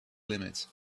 limit